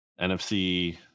NFC